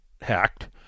hacked